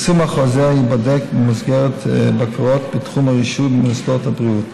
יישום החוזר ייבדק במסגרת בקרות בתחום הרישוי במוסדות הבריאות.